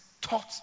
taught